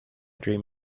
dream